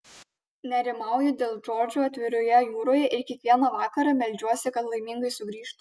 nerimauju dėl džordžo atviroje jūroje ir kiekvieną vakarą meldžiuosi kad laimingai sugrįžtų